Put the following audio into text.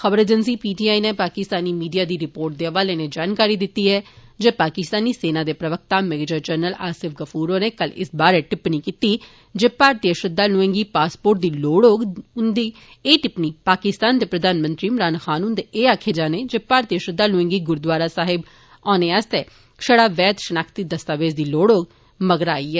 खबर अजैंसी पीटीआई नै पाकिस्तानी मीडियां दी रिपोर्ट दे हवालै नै जानकारी दिती ऐ जे पाकिस्तानी सेना दे प्रवक्ता मेजर जनरल आसिफ गफ्र होरें कल इस बारै टिप्पणी कीती जे भारतीय श्रद्वाल्एं गी पासर्पोट दी लोढ़ होग उन्दी एह टिप्पणी पास्तिान दे प्रधानमंत्री इमरान खान हनदे एह आक्खे जाने जे भारतीय श्रद्धाल्एं गी गुरूद्वारा दरबार सहिब औने आस्तै छड़ा वैद्या शनाख्ती दस्तावेज दी लोढ़ होग मगरा आई ऐ